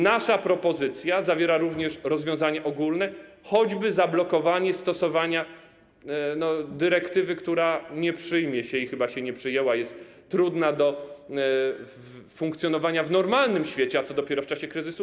Nasza propozycja zawiera również rozwiązania ogólne, choćby zablokowanie stosowania dyrektywy, która się nie przyjmie i chyba się nie przyjęła, jest trudna do funkcjonowania w normalnym świecie, a co dopiero w czasie kryzysu.